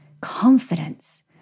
confidence